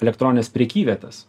elektronines prekyvietes